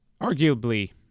arguably